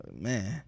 man